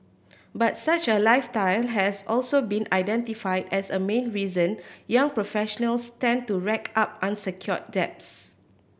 but such a lifestyle has also been identified as a main reason young professionals tend to rack up unsecured debts